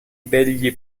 degli